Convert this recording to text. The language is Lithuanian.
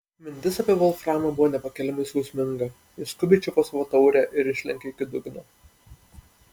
mintis apie volframą buvo nepakeliamai skausminga ji skubiai čiupo savo taurę ir išlenkė iki dugno